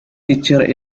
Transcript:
teachers